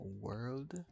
world